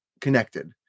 connected